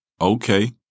Okay